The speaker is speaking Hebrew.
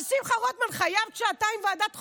אבל שמחה רוטמן חייב שעתיים ועדת חוקה,